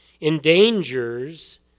endangers